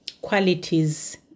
qualities